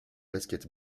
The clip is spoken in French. basket